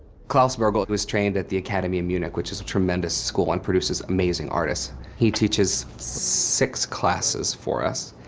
klaus burgel, was trained at the academy in munich, which is a tremendous school and produces amazing artists. he teaches six classes for us.